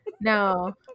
No